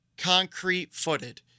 concrete-footed